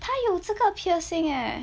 他有这个 piercing eh